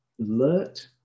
alert